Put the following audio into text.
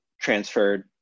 transferred